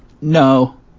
No